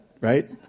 right